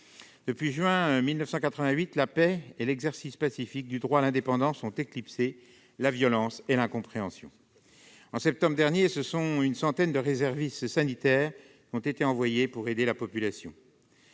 de juin 1988, la paix et l'exercice pacifique du droit à l'indépendance ont éclipsé la violence et l'incompréhension. Au mois de septembre dernier, une centaine de réservistes sanitaires ont été envoyés pour aider la population.